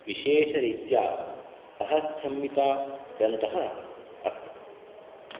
विशेषरीत्या बृहत्संहिताग्रन्थः अस्ति